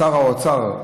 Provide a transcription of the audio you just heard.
שר האוצר,